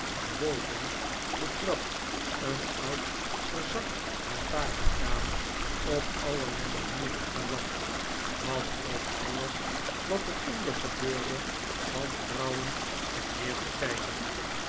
boven de trap een oud verzakt lantaren raam op allerlei manieren gelapt dat op alles wat er onder gebeurde wantrouwend scheen neer te kijken